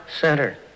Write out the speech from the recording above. center